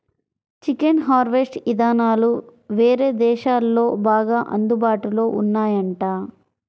chicken harvest ఇదానాలు వేరే దేశాల్లో బాగా అందుబాటులో ఉన్నాయంట